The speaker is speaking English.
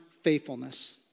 faithfulness